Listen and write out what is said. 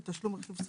לתשלום רכיב שכר,